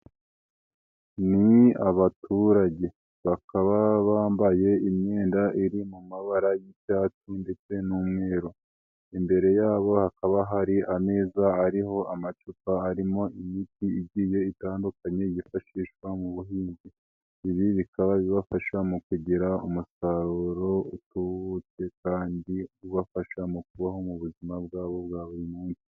Ni abaturage bakaba bambaye imyenda iri mu mabara y'icyatsi ndetse n'umweru. Imbere yabo hakaba hari ameza ariho amacupa harimo imiti igiye itandukanye yifashishwa mu buhinzi. Ibi bikababafasha mu kugira umusaruro utubutse kandi ubafasha mu kubaho mu buzima bwabo bwa buri munsi.